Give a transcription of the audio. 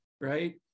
right